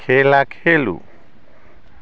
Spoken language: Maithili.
खेला खेलु